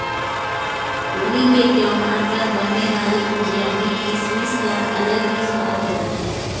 होली के त्यौहार पर बनने वाली गुजिया में किसमिस का अलग ही स्वाद होता है